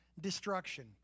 destruction